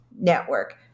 Network